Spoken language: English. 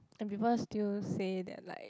and people still say that like